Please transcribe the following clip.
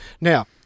Now